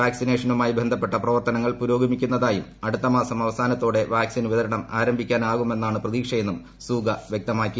വാക്സിനേഷനുമായി ബന്ധപ്പെട്ട പ്രവർത്തനങ്ങൾ പുരോഗമിക്കുന്നതായും അടുത്ത മാസം അവാസനത്തോടെ വാക്സിൻ വിതരണം ആരംഭിക്കാനാകുമെന്നാണ് പ്രതീക്ഷയെന്നും സൂഗാ വ്യക്തമാക്കി